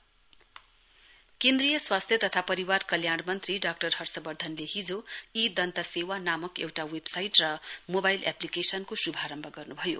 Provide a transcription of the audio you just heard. दन्त सेवा वेबसाइट केन्द्रीय स्वास्थ्य तथा परिवार कल्याण मन्त्री डाक्टर हर्षबर्धनले हिजो ई दन्त सेवा नामक एउटा वेबसाइट र मोबाइल एप्लिकेशनको श्भारम्भ गर्नुभयो